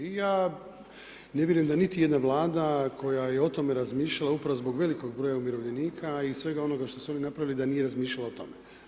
I ja ne vjerujem da niti jedna Vlada koja je o tome razmišljala upravo zbog velikog broja umirovljenika i svega onoga što su oni napravili da nije razmišljala o tome.